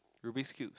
rubiks cubes